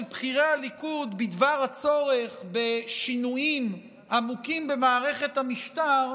בכירי הליכוד בדבר הצורך בשינויים עמוקים במערכת המשטר,